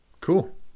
Cool